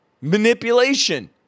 Manipulation